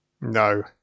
No